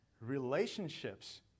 relationships